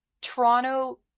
Toronto